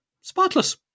spotless